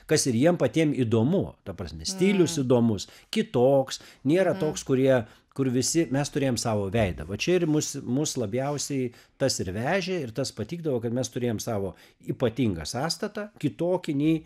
kas ir jiem patiem įdomu ta prasme stilius įdomus kitoks nėra toks kurie kur visi mes turėjom savo veidą va čia ir mus mus labiausiai tas ir vežė ir tas patikdavo kad mes turėjom savo ypatingą sąstatą kitokį nei